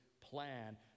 plan